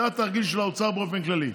זה התרגיל של האוצר באופן כללי.